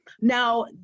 Now